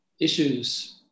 issues